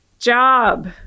job